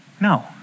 No